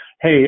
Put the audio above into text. hey